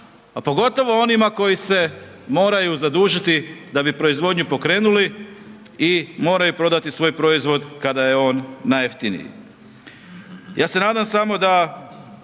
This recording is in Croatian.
a pogotovo onima koji se moraju zadužiti da bi proizvodnju pokrenuli i moraju prodati svoj proizvod kada je on najjeftiniji. Ja se nadam samo da